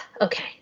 okay